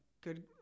good